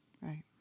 Right